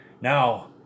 Now